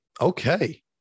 Okay